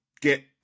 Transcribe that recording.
get